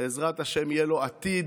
בעזרת השם יהיה לו עתיד,